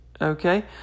Okay